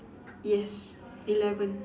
yes eleven